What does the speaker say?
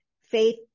faith